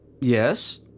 Yes